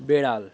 বেড়াল